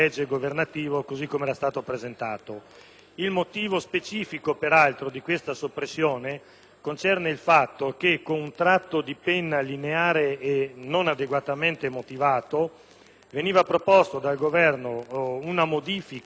il motivo specifico di questa soppressione concerne il fatto che con un tratto di penna lineare e non adeguatamente motivato, veniva proposta dal Governo una modifica molto profonda